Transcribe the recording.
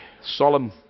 solemn